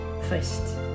first